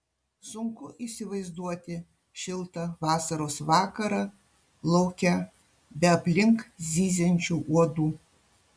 sunku įsivaizduoti šiltą vasaros vakarą lauke be aplink zyziančių uodų